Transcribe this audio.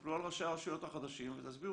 תתנפלו על ראשי הרשויות החדשים ותסבירו